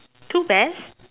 two bears